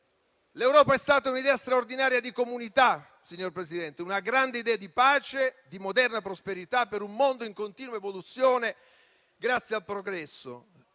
l'Europa è stata un'idea straordinaria di comunità, una grande idea di pace, di moderna prosperità, per un mondo in continua evoluzione, grazie al progresso.